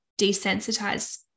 desensitize